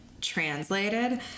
translated